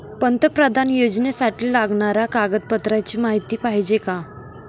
पंतप्रधान योजनेसाठी लागणाऱ्या कागदपत्रांची माहिती पाहिजे आहे